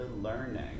learning